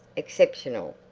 exceptional.